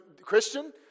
Christian